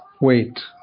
wait